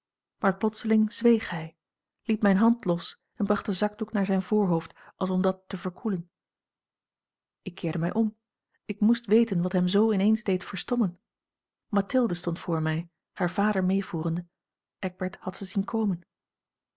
maar plotseling zweeg hij liet mijne hand los en bracht den zakdoek naar zijn voorhoofd als om dat te verkoelen ik keerde mij om ik moest weten wat hem zoo in eens deed verstommen mathilde stond voor mij haar vader meevoerende eckbert had ze zien komen